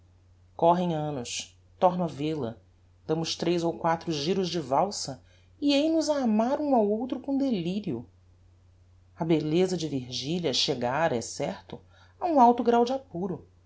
correm annos torno a vel-a damos tres ou quatro giros de valsa e eis nos a amar um ao outro com delirio a belleza de virgilia chegára é certo a um alto gráu de apuro